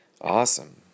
awesome